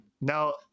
Now